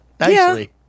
nicely